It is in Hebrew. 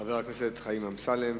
חבר הכנסת חיים אמסלם,